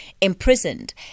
imprisoned